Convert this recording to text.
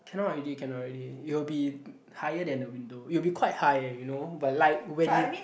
cannot already cannot already it will be higher than the window it will be quite high eh you know but like when you